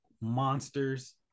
monsters